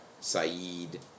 Saeed